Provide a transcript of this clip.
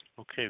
Okay